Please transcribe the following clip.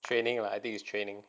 training lah I think it's training